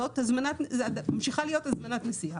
זאת ממשיכה להיות הזמנת נסיעה.